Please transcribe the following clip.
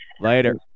later